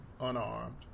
unarmed